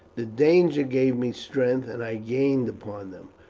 the danger gave me strength, and i gained upon them.